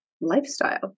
lifestyle